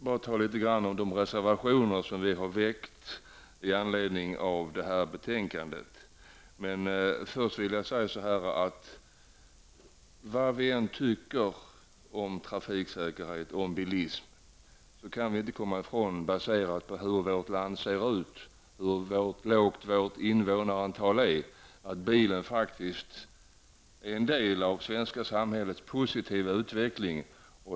Jag skall tala något om de reservationer som vi har väckt med anledning av betänkandet, men först vill jag säga att vad vi än tycker om trafiksäkerhet och bilismen kan vi inte komma ifrån att bilen, med tanke på hur vårt land ser ut och hur lågt invånarantalet är, faktiskt är en del av det svenska samhällets positiva utveckling.